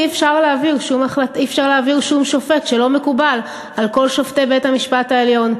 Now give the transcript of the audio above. אי-אפשר להעביר שום שופט שלא מקובל על כל שופטי בית-המשפט העליון.